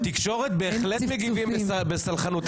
בתקשורת בהחלט מגיבים בסלחנות.